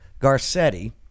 Garcetti